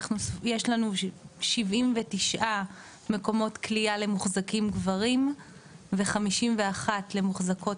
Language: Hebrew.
יש לנו 79 מקומות כליאה למוחזקים גברים ו-51 למחוזקות